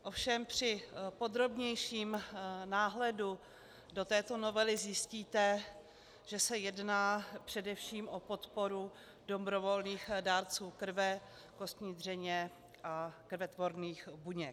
Ovšem při podrobnějším náhledu do této novely zjistíte, že se jedná především o podporu dobrovolných dárců krve, kostní dřeně a krvetvorných buněk.